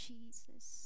Jesus